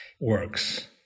works